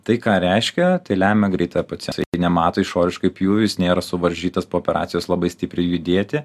tai ką reiškia tai lemia greitą procesą nemato išoriškai pjūvis nėra suvaržytas po operacijos labai stipriai judėti